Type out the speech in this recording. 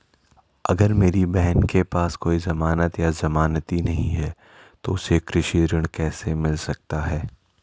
अगर मेरी बहन के पास कोई जमानत या जमानती नहीं है तो उसे कृषि ऋण कैसे मिल सकता है?